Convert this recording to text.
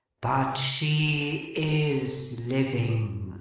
but she is living.